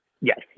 Yes